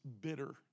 bitter